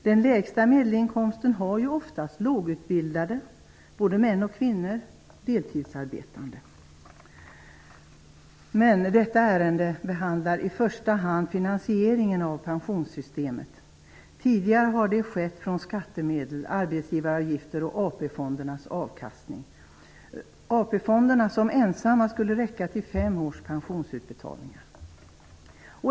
Den lägsta medelinkomsten har ju oftast lågutbildade, både män och kvinnor, samt deltidsarbetande. Men detta ärende behandlar i första hand finansieringen av pensionssystemet. Tidigare har finansieringen skett genom skattemedel, arbetsgivaravgifter och AP-fondernas avkastning. AP-fonderna, som ensamma skulle räcka till fem års pensionsutbetalningar.